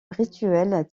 rituelles